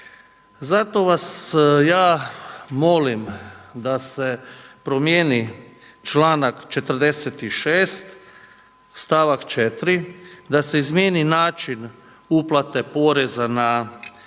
Zato vas ja molim da se promijeni članak 46. stavak 4 da se izmijeni način uplate poreza na